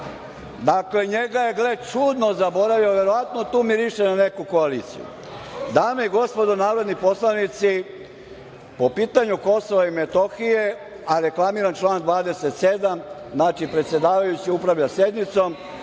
Dakle, njega je, gle čuda, zaboravio. Verovatno tu miriše na neku koaliciju. Dame i gospodo narodni poslanici, po pitanju Kosova i Metohije, a reklamiram član 27. znači predsedavajući upravlja sednicom,